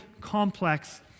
complex